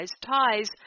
ties